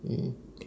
mm